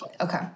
Okay